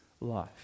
life